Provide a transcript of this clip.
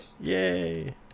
yay